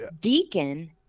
Deacon